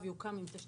תודה רבה,